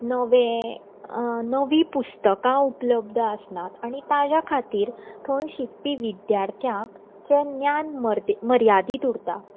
नवें नवीं पुस्तकां उपलब्ध आसनात आनी ताच्या खातीर थंय शिकपी विद्यार्थ्यांक जें ज्ञान मर्यादीत उरता